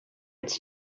its